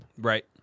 Right